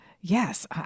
Yes